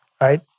right